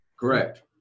Correct